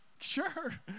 sure